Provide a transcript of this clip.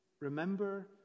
remember